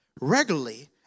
regularly